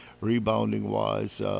Rebounding-wise